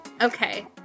Okay